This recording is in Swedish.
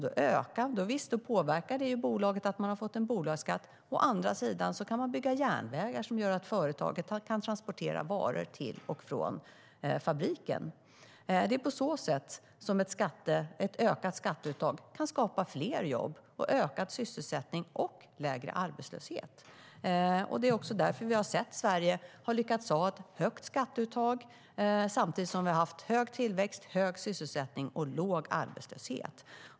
Å ena sidan påverkar det bolaget att bolagsskatt tas ut, men å andra sidan kan järnvägar byggas som gör att företaget kan transportera varor till och från fabriken. Det är på så sätt ett ökat skatteuttag kan skapa fler jobb, ökad sysselsättning och lägre arbetslöshet. Det är också därför Sverige har lyckats ha ett högt skatteuttag samtidigt som det har rått hög tillväxt, hög sysselsättning och låg arbetslöshet.